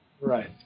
Right